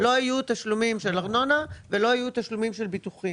לא יהיו תשלומים של ארנונה ולא יהיו תשלומים של ביטוחים.